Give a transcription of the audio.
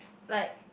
like